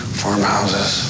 farmhouses